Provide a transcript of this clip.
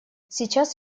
сейчас